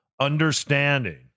understanding